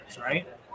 right